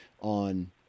on